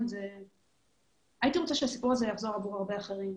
זה שהייתי רוצה שהסיפור הזה יחזור עבור הרבה אחרים.